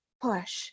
push